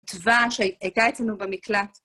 תיבה שהייתה אצלנו במקלט.